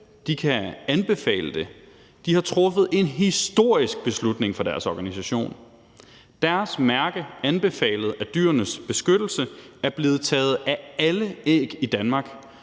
de kan anbefale, har truffet en historisk beslutning for deres organisation. Deres mærke »Anbefalet af Dyrenes Beskyttelse« er blevet taget af alle æg i Danmark.